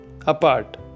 apart